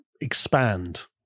expand